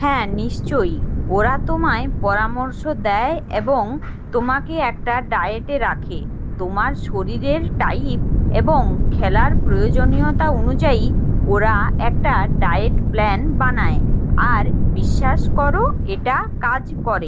হ্যাঁ নিশ্চয়ই ওরা তোমায় পরামর্শ দেয় এবং তোমাকে একটা ডায়েটে রাখে তোমার শরীরের টাইপ এবং খেলার প্রয়োজনীয়তা অনুযায়ী ওরা একটা ডায়েট প্ল্যান বানায় আর বিশ্বাস কর এটা কাজ করে